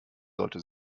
sollte